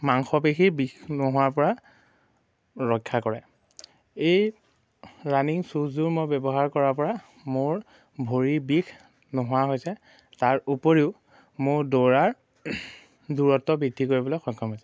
মাংসপেশীৰ বিষ নোহোৱাৰ পৰা ৰক্ষা কৰে এই ৰানিং শ্বুযোৰ মই ব্যৱহাৰ কৰাৰ পৰা মোৰ ভৰিৰ বিষ নোহোৱা হৈছে তাৰ উপৰিও মোৰ দৌৰাৰ দূৰত্ব বৃদ্ধি কৰিবলৈ সক্ষম হৈছে